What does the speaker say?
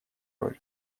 роль